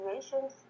situations